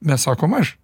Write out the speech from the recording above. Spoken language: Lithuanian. mes sakom aš